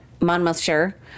Monmouthshire